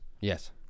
Yes